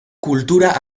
kultura